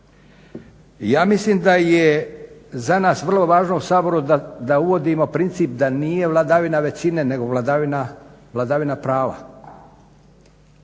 Ja mislim da je za nas vrlo važno u Saboru da uvodimo princip da nije vladavina većine nego vladavina prava.